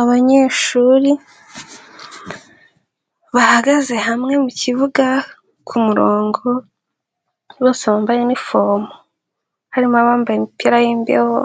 Abanyeshuri bahagaze hamwe mu kibuga ku murongo, bose bambaye inifomu, harimo abambaye imipira y'imbeho